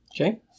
Okay